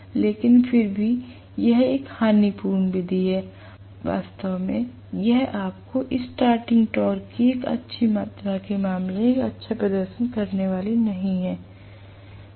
लेकिन फिर भी यह एक हानिपूर्ण विधि है वास्तव में यह आपको स्टार्टिंग टॉर्क की अच्छी मात्रा के मामले में एक अच्छा प्रदर्शन करने वाला नहीं है